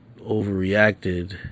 Overreacted